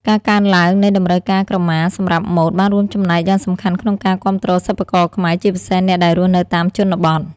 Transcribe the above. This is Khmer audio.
ការកើនឡើងនៃតម្រូវការក្រមាសម្រាប់ម៉ូដ បានរួមចំណែកយ៉ាងសំខាន់ក្នុងការ គាំទ្រសិប្បករខ្មែរ ជាពិសេសអ្នកដែលរស់នៅតាមជនបទ។